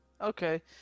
Okay